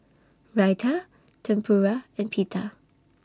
Raita Tempura and Pita